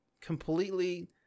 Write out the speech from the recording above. completely –